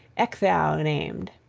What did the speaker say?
ecgtheow named.